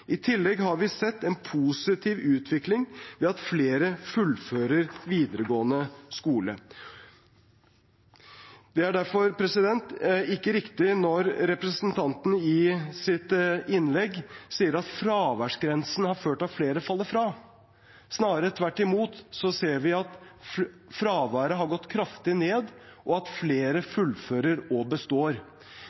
I tillegg har vi sett en positiv utvikling ved at flere fullfører videregående skole. Det er derfor ikke riktig når representanten i sitt innlegg sier at fraværsgrensen har ført til at flere faller fra. Snarere tvert imot ser vi at fraværet har gått kraftig ned, og at flere fullfører og består.